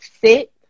sit